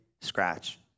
scratch